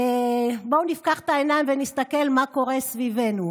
בואו נפקח את העיניים ונסתכל מה קורה סביבנו.